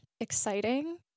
exciting